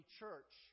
church